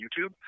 YouTube